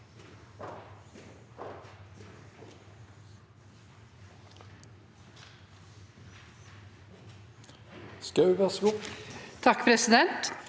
kan, president.